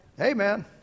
Amen